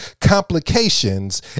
Complications